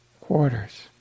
quarters